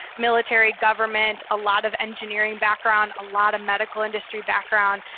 military government, a lot of engineering background, a lot of medical industry background,